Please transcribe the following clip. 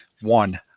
One